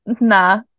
Nah